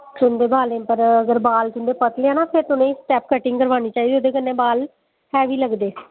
तुंदे बालें पर अगर तुंदे बाल पतले न फिर तुसें गी स्टैप कटिंग करवानी चाहिदी ओह्दे कन्नै बाल हैवी लगदे